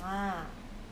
ah